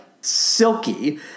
silky